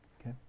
Okay